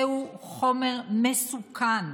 זהו חומר מסוכן.